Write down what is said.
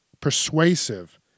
persuasive